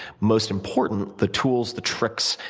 most important, the tools, the tricks,